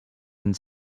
and